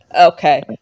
Okay